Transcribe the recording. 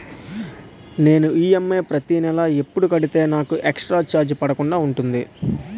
నేను ఈ.ఎమ్.ఐ ప్రతి నెల ఎపుడు కడితే నాకు ఎక్స్ స్త్ర చార్జెస్ పడకుండా ఉంటుంది?